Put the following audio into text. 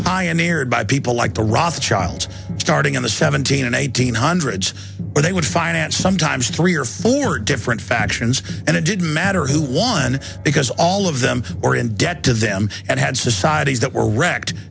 nearby people like the ross child starting in the seventeen and eighteen hundreds where they would finance sometimes three or four different factions and it didn't matter who won because all of them are in debt to them and had societies that were wrecked